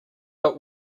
but